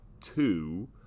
two